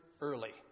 early